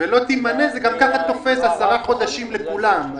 לא תימנה זה ככה תופס עשרה חודשים לכולם.